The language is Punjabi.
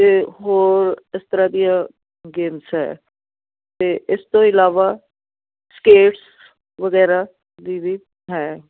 ਅਤੇ ਹੋਰ ਇਸ ਤਰ੍ਹਾਂ ਦੀਆਂ ਗੇਮਸ ਹੈ ਅਤੇ ਇਸ ਤੋਂ ਇਲਾਵਾ ਸਕੇਟਸ ਵਗੈਰਾ ਦੀ ਵੀ ਹੈ